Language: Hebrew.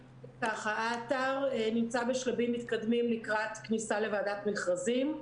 האתר נמצא בשלבים מתקדמים לקראת כניסה לוועדת מכרזים.